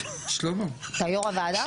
אתה יו"ר הוועדה?